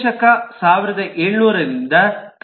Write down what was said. ಶ 1700 ರಿಂದ ಕ್ರಿ